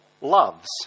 loves